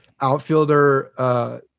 outfielder